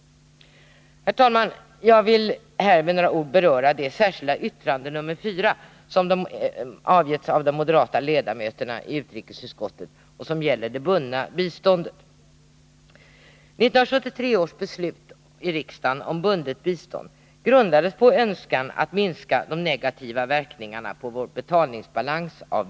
Herr talman! Jag vill här med några ord beröra det särskilda yttrande nr 4 som avgivits av de moderata ledamöterna i utrikesutskottet och som gäller det bundna biståndet. 1973 års beslut i riksdagen om bundet bistånd grundades på önskan att minska de negativa verkningarna av biståndet på vår betalningsbalans.